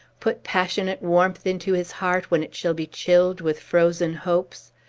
put passionate warmth into his heart, when it shall be chilled with frozen hopes?